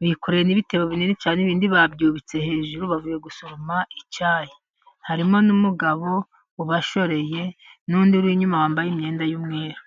bikoreye n'ibitebo binini cyane. Ibindi babyubitse hejuru bavuye gusoroma icyayi. Harimo n'umugabo ubashoreye n'undi uri inyuma wambaye imyenda y'umweru.